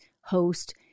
host